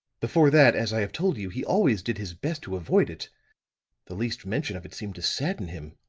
before that, as i have told you, he always did his best to avoid it the least mention of it seemed to sadden him,